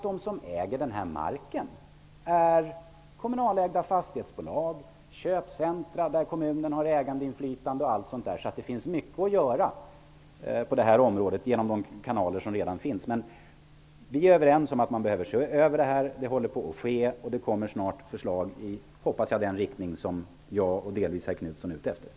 De som äger marken är väldigt ofta kommunalägda fastighetsbolag, köpcentrum där kommunen har ägarinflytande osv., så det finns alltså mycket att göra på detta område genom befintliga kanaler. Men vi är överens om att detta behöver ses över. Så sker också, och det kommer förhoppningsvis snart förslag i den riktning som jag och delvis herr Knutson eftersträvar.